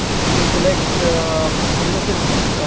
you can select any of the regions.